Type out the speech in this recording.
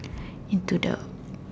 into the